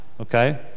okay